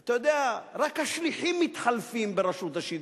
אתה יודע, רק השליחים מתחלפים ברשות השידור.